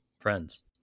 friends